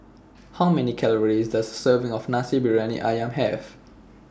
How Many Calories Does A Serving of Nasi Briyani Ayam Have